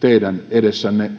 teidän edessänne